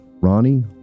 ronnie